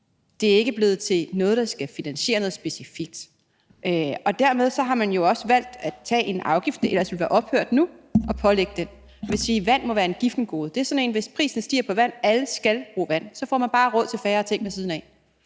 Det er ikke blevet til noget, der skal finansiere noget specifikt, og dermed har man jo også valgt at tage en afgift, der ellers ville være ophørt nu, og pålægge den. Det vil sige, at vand må være en giffengode, hvilket betyder, at hvis prisen stiger på vand –og alle skal bruge vand – så får man bare råd til færre ting ved siden af.